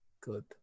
Good